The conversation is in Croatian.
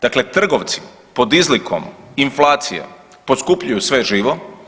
Dakle, trgovci pod izlikom inflacije poskupljuju sve živo.